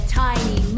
tiny